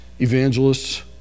evangelists